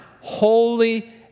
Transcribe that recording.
holy